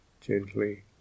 gently